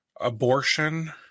abortion